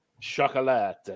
Chocolate